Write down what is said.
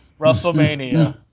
WrestleMania